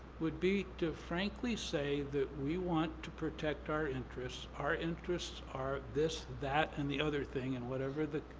would be to frankly say that we want to protect our interests. our interests are this, that, and the other thing, and whatever the,